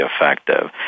effective